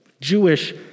Jewish